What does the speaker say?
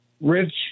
Rich